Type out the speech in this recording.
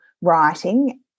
writing